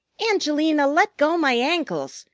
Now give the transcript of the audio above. angelina, let go my ankles!